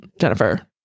Jennifer